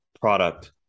product